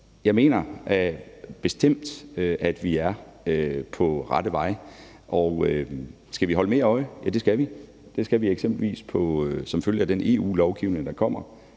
jeg mener bestemt, at vi er på rette vej. Skal vi holde mere øje? Ja, det skal vi. Det skal vi eksempelvis som følge af den EU-lovgivning, der kommer,